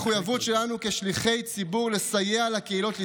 ובמחויבות שלנו כשליחי ציבור לסייע לקהילות לצמוח,